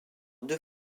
deux